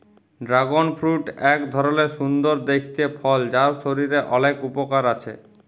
dragon fruit এক ধরলের সুন্দর দেখতে ফল যার শরীরের অলেক উপকার আছে